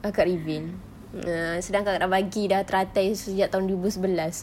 akak reveal ah sedangkan orang bagi sudah teratai sejak tahun dua ribu sebelas